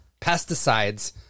pesticides